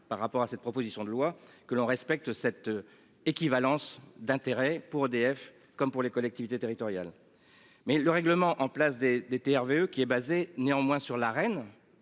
par rapport à cette proposition de loi que l'on respecte cette équivalence d'intérêt pour EDF comme pour les collectivités territoriales. Mais le règlement en place des des TRV eux qui est basée néanmoins sur la